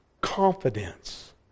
confidence